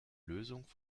lösungen